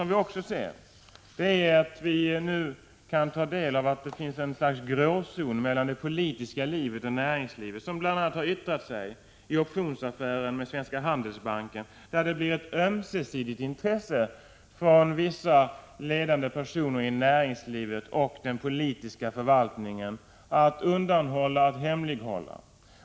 Vi kan nu även ta del av att det finns ett slags gråzon mellan det politiska livet och näringslivet, som bl.a. har yttrat sig i optionsaffären med Svenska Handelsbanken, där det har blivit ett ömsesidigt intresse från vissa ledande personer i näringslivet och i den politiska förvaltningen att undanhålla och att hemlighålla.